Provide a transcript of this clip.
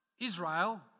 Israel